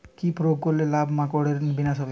কি প্রয়োগ করলে লাল মাকড়ের বিনাশ হবে?